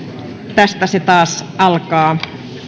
tästä se taas alkaa